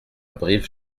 brives